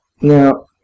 Now